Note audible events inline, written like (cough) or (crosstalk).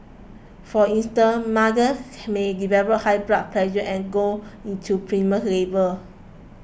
for instance mothers may develop high blood pressure and go into (unintelligible) labour